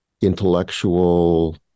intellectual